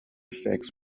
effects